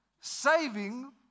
Saving